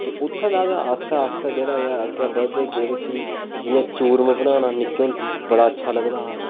ते उत्थें दा गै आस्तै आस्तै जेह्ड़ा ऐ अग्गें बद्धदे गेदे फ्ही जि'यां चूरम बनाना निक्के होंदे बड़ा अच्छा लगदा हा